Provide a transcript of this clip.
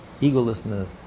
egolessness